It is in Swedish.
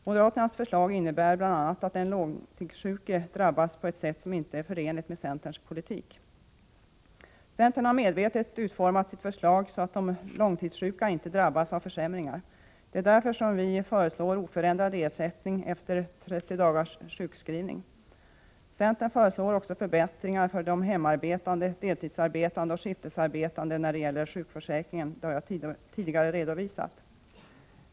Moderaternas förslag innebär bl.a. att de långtidssjuka drabbas på ett sätt som inte är förenligt med centerns politik. Centern har medvetet utformat sitt förslag så, att de långtidssjuka inte drabbas av försämringar. Det är därför som vi föreslår oförändrad ersättning efter 30 dagars sjukskrivning. Centern föreslår också förbättringar för de hemarbetande, deltidsarbetande och skiftarbetande när det gäller sjukförsäkringen, som jag tidigare redovisat.